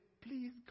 please